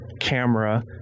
camera